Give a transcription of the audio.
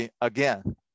again